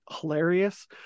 hilarious